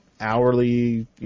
hourly